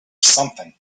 something